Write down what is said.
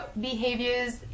behaviors